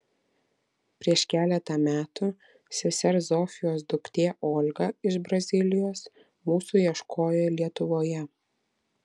prieš keletą metų sesers zofijos duktė olga iš brazilijos mūsų ieškojo lietuvoje